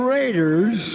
Raiders